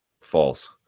False